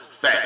Fat